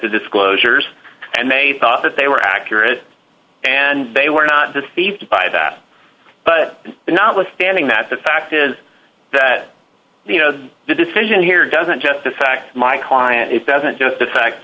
the disclosures and they thought that they were accurate and they were not deceived by that but notwithstanding that the fact is that you know the decision here doesn't just affect my client it doesn't just